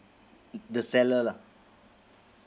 the seller lah